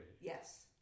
Yes